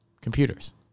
computers